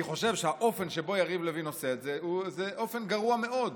אני חושב שהאופן שבו יריב לוין עושה את זה זה אופן גרוע מאוד.